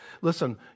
Listen